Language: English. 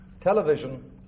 Television